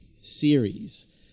series